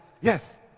Yes